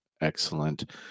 excellent